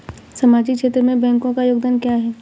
सामाजिक क्षेत्र में बैंकों का योगदान क्या है?